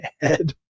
head